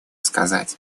сказать